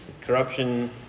Corruption